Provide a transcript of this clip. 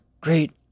Great